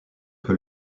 que